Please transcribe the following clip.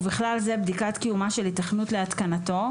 ובכלל זה בדיקת קיומה של היתכנות להתקנתו,